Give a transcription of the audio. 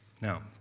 Now